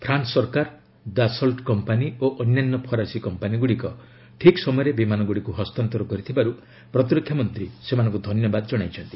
France ସରକାର ଦାସଲ୍ଚ company ଓ ଅନ୍ୟାନ୍ୟ ଫରାସୀ କମ୍ପାନୀଗୁଡ଼ିକ ଠିକ୍ ସମୟରେ ବିମାନଗୁଡ଼ିକୁ ହସ୍ତାନ୍ତର କରିଥିବାରୁ ପ୍ରତିରକ୍ଷା ମନ୍ତ୍ରୀ ସେମାନଙ୍କୁ ଧନ୍ୟବାଦ ଜଣାଇଛନ୍ତି